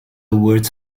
words